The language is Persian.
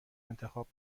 انتخاب